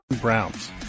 Browns